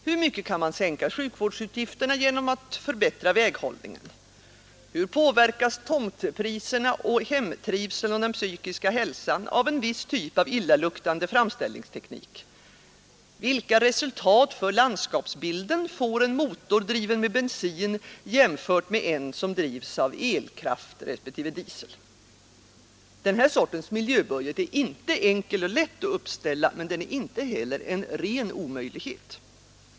Hur mycket kan man sänka sjukvårdsutgifterna genom att förbättra väghållningen, hur påverkas tomtpriserna och hemtrivsel och den psykiska hälsan av en viss typ av illaluktande framställningsteknik? Vilka resultat för landskapsbilden får en motor driven med bensin, jämfört med en som drivs av elkraft respektive diesel? Denna sorts miljöbudget är inte lätt och enkel att uppställa, men den är inte heller en ren omöjlighet.